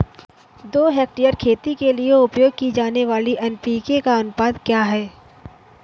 दो हेक्टेयर खेती के लिए उपयोग की जाने वाली एन.पी.के का अनुपात क्या है?